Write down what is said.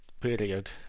period